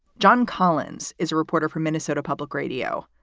john collins is a reporter for minnesota public radio.